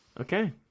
Okay